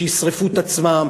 שישרפו את עצמם?